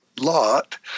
lot